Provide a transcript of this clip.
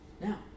now